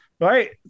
right